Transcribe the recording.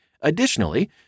Additionally